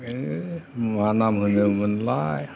ऐ मा नाम होनोमोनलाय